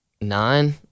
nine